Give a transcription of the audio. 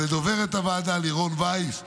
לדוברת הוועדה לירון וייס,